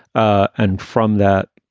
and from that,